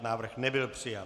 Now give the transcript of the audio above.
Návrh nebyl přijat.